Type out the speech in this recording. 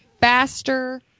Faster